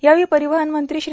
यावेळी परिवहन मंत्री श्री